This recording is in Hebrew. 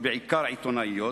ובעיקר עיתונאיות,